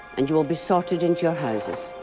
and you will be sorted into your houses